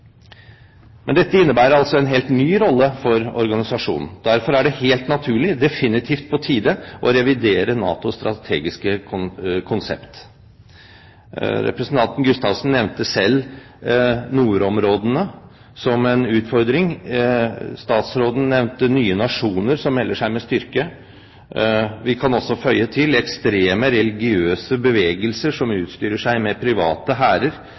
Dette innebærer altså en helt ny rolle for organisasjonen. Derfor er det helt naturlig og definitivt på tide å revidere NATOs strategiske konsept. Representanten Gustavsen nevnte selv nordområdene som en utfordring. Statsråden nevnte nye nasjoner som melder seg med styrke. Vi kan også føye til ekstreme religiøse bevegelser som utsyrer seg med private hærer,